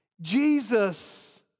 Jesus